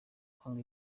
guhanga